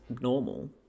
normal